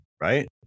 right